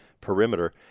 perimeter